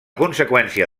conseqüència